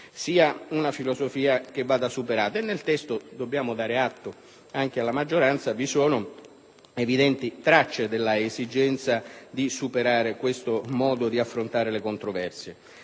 sia una filosofia che vada superata. E nel testo - ne dobbiamo dare atto anche alla maggioranza - vi sono evidenti tracce della esigenza di superare questo modo di affrontare le controversie.